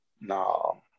No